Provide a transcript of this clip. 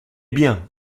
bien